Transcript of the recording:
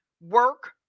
work